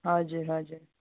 हजुर हजुर